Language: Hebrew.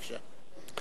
בבקשה.